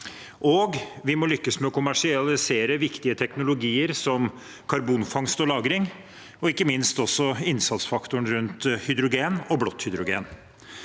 Vi må lykkes med å kommersialisere viktige teknologier, som karbonfangst og -lagring, og ikke minst også innsatsfaktoren rundt hydrogen og blått hydrogen.